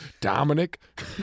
Dominic